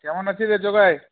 কেমন আছিস রে জগাই